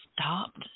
stopped